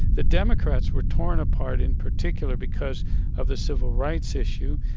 the democrats were torn apart in particular because of the civil rights issue,